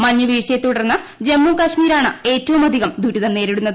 മഞ്ഞു വീഴ്ചയെ തുടർന്ന് ജമ്മുകാശ്മീരാണ് ഏറ്റവുമധികം ദുരിതം നേരിടുന്നത്